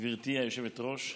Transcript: גברתי היושבת-ראש,